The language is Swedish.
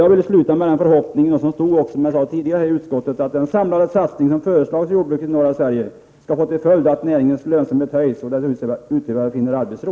Jag vill avsluta med den förhoppning som också uttrycks av utskottet: Den samlade satsning som föreslagits för jordbruket i norra Sverige skall få till följd att näringens lönsamhet höjs och att utövaren finner arbetsro.